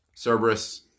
Cerberus